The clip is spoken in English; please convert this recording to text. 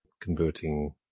converting